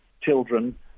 children